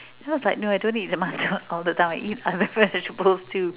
then I was like I don't eat tomatoes all the time I eat other vegetables too